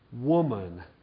woman